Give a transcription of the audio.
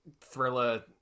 thriller